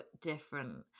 different